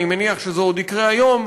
אני מניח שזה יקרה עוד היום,